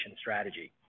strategy